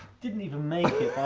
didn't even make it